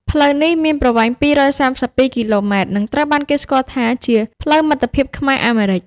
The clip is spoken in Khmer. ផ្លូវនេះមានប្រវែង ២៣២ គីឡូម៉ែត្រ និងត្រូវបានគេស្គាល់ថាជា "ផ្លូវមិត្តភាពខ្មែរ-អាមេរិក"។